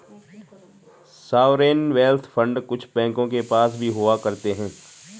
sovereign wealth fund कुछ बैंकों के पास भी हुआ करते हैं